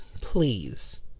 Please